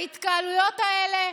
ההתקהלויות האלה,